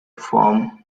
form